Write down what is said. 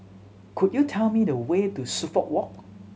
could you tell me the way to Suffolk Walk